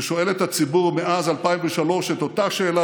ששואל את הציבור מאז 2003 את אותה שאלה